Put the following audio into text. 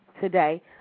today